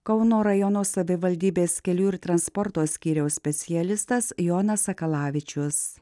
kauno rajono savivaldybės kelių ir transporto skyriaus specialistas jonas sakalavičius